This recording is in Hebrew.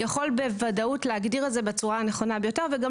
יכול בוודאות להגדיר את זה בצורה הנכונה ביותר וגם